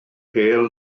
pêl